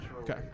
Okay